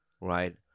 right